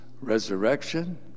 resurrection